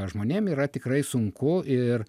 žmonėm yra tikrai sunku ir